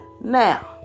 Now